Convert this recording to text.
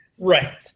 Right